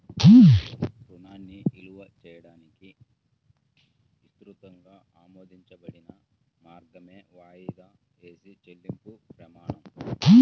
రుణాన్ని విలువ చేయడానికి విస్తృతంగా ఆమోదించబడిన మార్గమే వాయిదా వేసిన చెల్లింపు ప్రమాణం